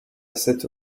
cette